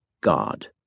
God